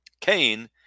Cain